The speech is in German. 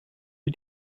auf